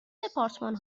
دپارتمان